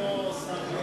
טיפול קהילתי וביתי,